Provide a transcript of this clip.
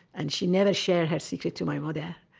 and she never shared her secrets to my mother.